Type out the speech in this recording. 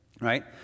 right